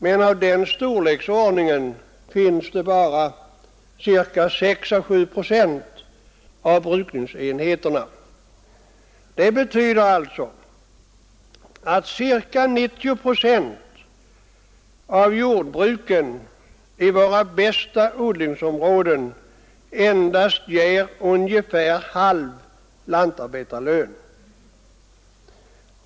Men den storleksordningen har bara ca 6—7 procent av brukningsenheterna. Det betyder alltså att ca 90 procent av jordbruken i våra bästa odlingsområden endast ger ungefär halv lantarbetarlön.